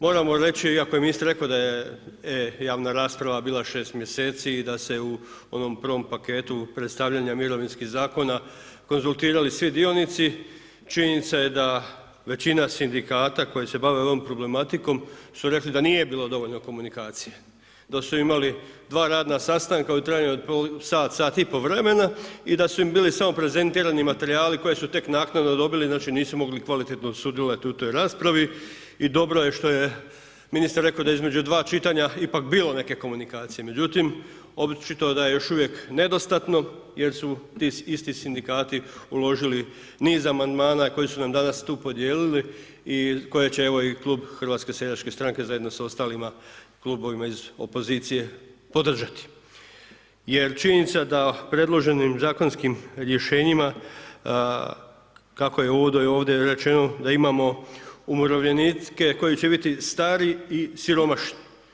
Moramo reći, iako je ministar rekao da je e-javna rasprava bila 6 mj. i da se u onom prvom paketu predstavljanja mirovinskih zakona konzultirali svi dionici, činjenica je da većina sindikata koji se bave ovom problematikom su rekli da nije bilo dovoljno komunikacije, da su imali dva radna sastanka u trajanju od sat, sat i pol vremena i da su im bili samo prezentirani materijali koje su tek naknadno dobili, znači nisu mogli kvalitetno sudjelovati u toj raspravi i dobro je što je ministar rekao da je između dva čitanja ipak bilo neke komunikacije međutim očito da je još uvijek nedostatno jer su ti isti sindikati uložili niz amandmana koji su nam danas tu podijelili i koje će evo i klub HSS-a zajedno sa ostalima klubovima iz opozicije, podržati jer činjenica da predloženim zakonskim rješenjima kako je uvodno i ovdje rečeno, da imamo umirovljenike koji će biti stari i siromašni.